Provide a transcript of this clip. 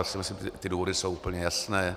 Myslím si, že ty důvody jsou úplně jasné.